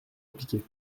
appliquée